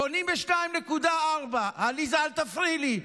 קונים ב-2.4, עליזה, אל תפריעי לי.